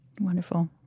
Wonderful